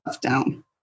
down